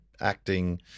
acting